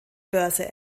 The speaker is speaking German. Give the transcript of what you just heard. börse